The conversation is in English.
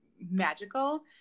magical